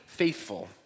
faithful